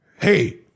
Hey